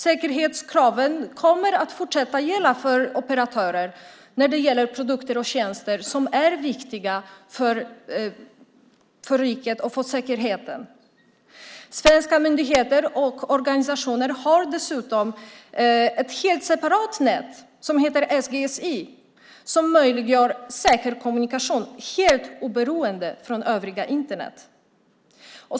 Säkerhetskraven kommer att fortsätta att gälla för operatörer när det gäller produkter och tjänster som är viktiga för riket och för säkerheten. Svenska myndigheter och organisationer har dessutom ett helt separat nät, som heter SGSI, som möjliggör säker kommunikation helt oberoende från övriga Internet.